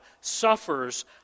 suffers